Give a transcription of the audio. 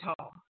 tall